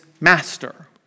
master